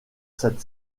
cette